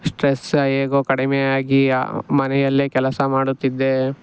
stress ಹೇಗೊ ಕಡಿಮೆ ಆಗಿ ಮನೆಯಲ್ಲೇ ಕೆಲಸ ಮಾಡುತ್ತಿದ್ದೆ